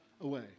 away